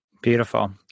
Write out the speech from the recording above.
Beautiful